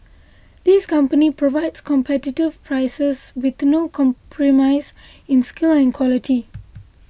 this company provides competitive prices with no compromise in skill and quality